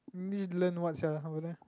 English learn what sia